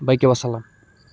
باقٕے وسلام